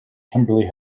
kimberly